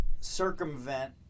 circumvent